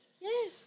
Yes